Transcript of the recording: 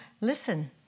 listen